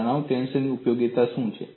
તણાવ ટેન્સરની ઉપયોગિતા શું છે